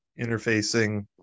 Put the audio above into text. interfacing